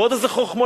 ועוד איזה חכמולוג,